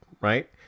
right